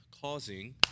causing